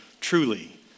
truly